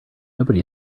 nobody